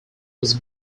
was